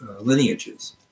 lineages